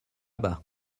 bas